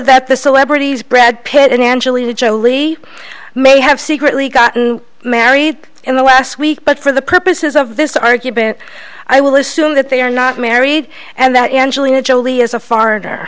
that the celebrities brad pitt and angelina jolie may have secretly gotten married in the last week but for the purposes of this argument i will assume that they are not married and that angelina jolie is a foreigner